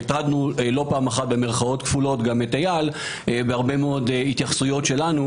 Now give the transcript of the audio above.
הטרדנו לא פעם במירכאות כפולות את איל בהרבה מאוד התייחסויות שלנו,